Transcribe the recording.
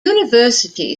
university